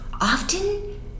often